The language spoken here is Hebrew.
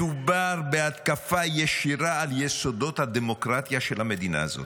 מדובר בהתקפה ישירה על יסודות הדמוקרטיה של המדינה הזאת,